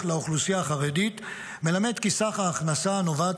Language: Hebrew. לאוכלוסייה החרדית מלמד כי סך ההכנסה הנובעת